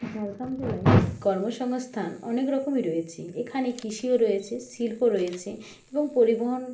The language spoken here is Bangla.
ঝাড়গ্রাম জেলায় কর্মসংস্থান অনেক রকমই রয়েছে এখানে কৃষিও রয়েছে শিল্প রয়েছে এবং পরিবহন